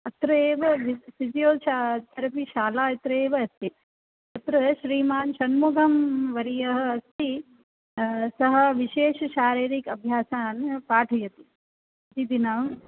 अत्र एव physiotherapy शाला अत्र एव अस्ति अत्र श्रीमान् शण्मुगं वर्यः अस्ति सः विशेषशारीरिक अभ्यासान् पाठयति प्रतिदिनं